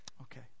Okay